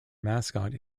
mascot